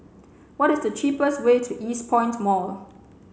what is the cheapest way to Eastpoint Mall